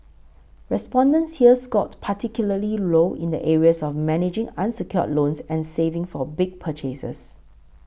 respondents here scored particularly low in the areas of managing unsecured loans and saving for big purchases